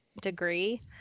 degree